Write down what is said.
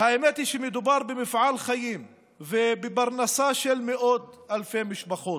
היא שמדובר במפעל חיים ובפרנסה של מאות אלפי משפחות.